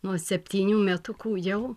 nuo septynių metukų jau